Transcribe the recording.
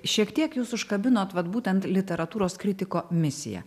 šiek tiek jus užkabinot vat būtent literatūros kritiko misiją